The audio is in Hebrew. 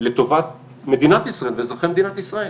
לטובת מדינת ישראל ואזרחי מדינת ישראל.